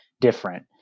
different